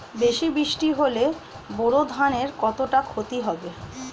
বেশি বৃষ্টি হলে বোরো ধানের কতটা খতি হবে?